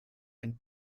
ein